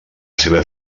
seva